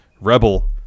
Rebel